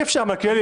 אי-אפשר, מלכיאלי.